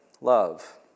love